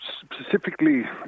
specifically